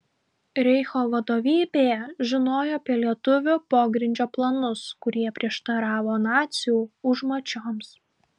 reicho vadovybė žinojo apie lietuvių pogrindžio planus kurie prieštaravo nacių užmačioms